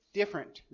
different